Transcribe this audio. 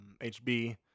HB